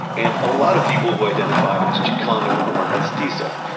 and a lot of people who identified as chicano or mestizo,